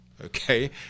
Okay